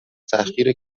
تحقیر